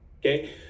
okay